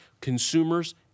consumers